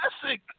classic